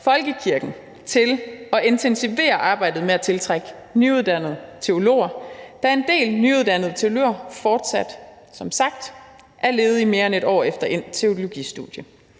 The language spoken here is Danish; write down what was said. folkekirken til at intensivere arbejdet med at tiltrække nyuddannede teologer, da en del nyuddannede teologer som sagt fortsat er ledige mere end et år efter endt teologistudie.